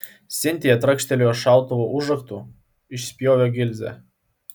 sintija trakštelėjo šautuvo užraktu išspjovė gilzę